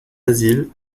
asile